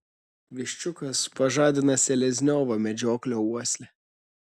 viščiukas pažadina selezniovo medžioklio uoslę